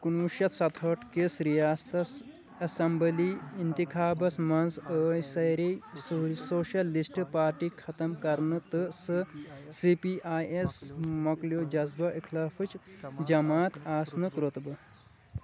کُنوُہ شیٚتھ سَتھٲٹھ کِس ریاستس اسمبلی اِنتِخابس منٛز ٲے سٲری سوشلِسٹ پارٹی ختم کرنہٕ تہٕ سی پی آی ایَس مۄکلیو جزبہٕ اِخلافٕچ جماتھ آسنُک رُتبہٕ